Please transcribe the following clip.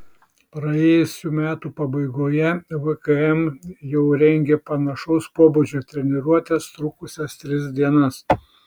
praėjusių metų pabaigoje vkm jau rengė panašaus pobūdžio treniruotes trukusias tris dienas